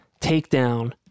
takedown